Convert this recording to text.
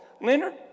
Leonard